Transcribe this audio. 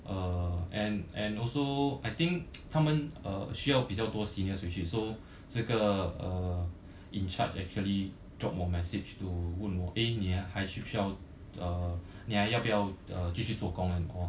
uh and and also I think 他们 uh 需要比较多 seniors which is also 这个 uh in charge actually drop 我 message to 问我 eh 你还需不需要 uh 你还要不要做工 and all